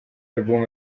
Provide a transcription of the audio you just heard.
album